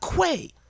quay